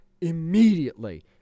immediately